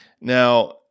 Now